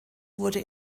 wurde